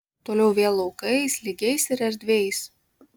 toliau vėl laukais lygiais ir erdviais